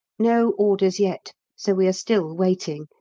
no orders yet, so we are still waiting,